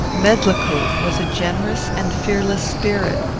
medlicote was a generous and fearless spirit.